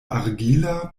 argila